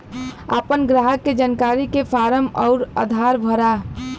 आपन ग्राहक के जानकारी के फारम अउर आधार भरा